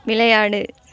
விளையாடு